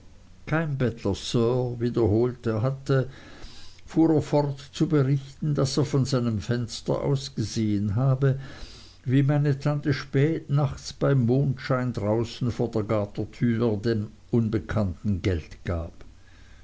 kein bettler sir wieder holt hatte fuhr er fort zu berichten daß er von seinem fenster aus gesehen habe wie meine tante spät nachts beim mondschein draußen vor der gartentür dem unbekannten geld gab